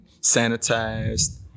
sanitized